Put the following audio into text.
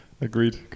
agreed